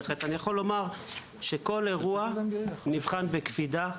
אני בהחלט יכול לומר שכל אירוע נבחן בקפידה.